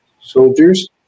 soldiers